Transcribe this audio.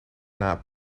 not